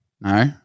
no